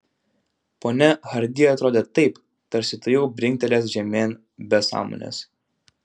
ponia hardi atrodė taip tarsi tuojau brinktelės žemėn be sąmonės